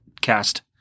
cast